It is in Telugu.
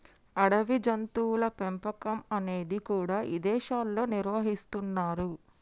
అడవి జంతువుల పెంపకం అనేది కూడా ఇదేశాల్లో నిర్వహిస్తున్నరు